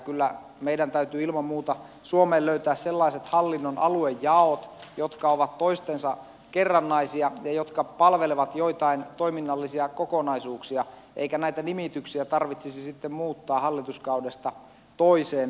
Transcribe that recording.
kyllä meidän täytyy ilman muuta suomeen löytää sellaiset hallinnon aluejaot jotka ovat toistensa kerrannaisia ja jotka palvelevat joitain toiminnallisia kokonaisuuksia eikä näitä nimityksiä tarvitsisi sitten muuttaa hallituskaudesta toiseen